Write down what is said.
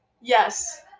Yes